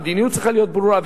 המדיניות צריכה להיות ברורה,